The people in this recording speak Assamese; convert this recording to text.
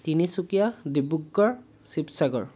তিনিচুকীয়া ডিব্ৰুগড় শিৱসাগৰ